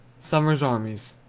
summer's armies.